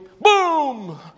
Boom